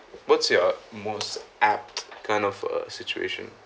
what's your most apt kind of a situation